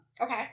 Okay